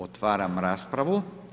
Otvaram raspravu.